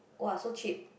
[wah] so cheap